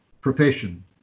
profession